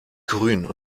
grün